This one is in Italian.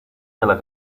nella